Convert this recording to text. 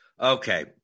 Okay